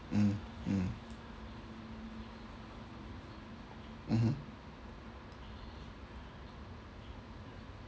mm mm mmhmm